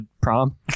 prom